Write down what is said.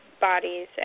bodies